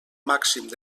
màxim